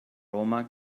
roma